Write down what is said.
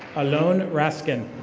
alonne raskin.